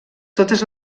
totes